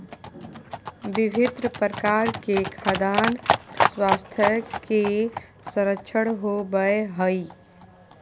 विभिन्न प्रकार के खाद्यान स्वास्थ्य के संरक्षण होबय हइ